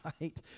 right